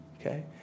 Okay